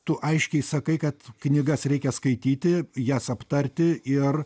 tu aiškiai sakai kad knygas reikia skaityti jas aptarti ir